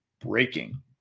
breaking